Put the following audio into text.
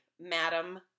madam